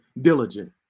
diligent